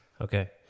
Okay